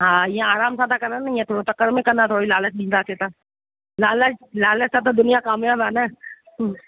हा ईअं आराम सां था करण न ईअं थोरो तकड़ि में कंदा थोरी लालच ॾींदासीं त लालच लालच सां त दुनिया कामयाबु आहे न हू